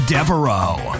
Devereaux